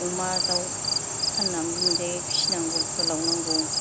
अमा दाउ फाननानै मोनजायो फिसिनांगौ फोलावनांगौ